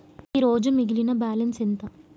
ఈరోజు మిగిలిన బ్యాలెన్స్ ఎంత?